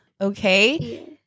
Okay